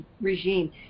regime